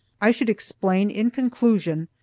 i should explain in conclusion,